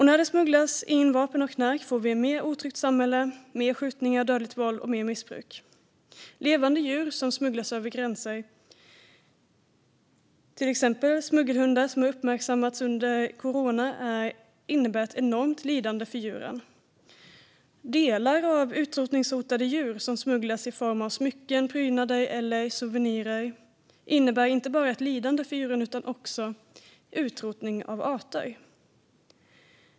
När det smugglas in vapen och knark får vi ett mer otryggt samhälle, med mer skjutningar och dödligt våld och mer missbruk. Levande djur som smugglas över gränserna - till exempel smuggelhundar, som har uppmärksammats under corona - innebär ett enormt lidande för djuren. Delar av utrotningshotade djur som smugglas i form av smycken, prydnader eller souvenirer innebär inte bara ett lidande för djuren utan också utrotning av arter.